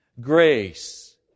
Grace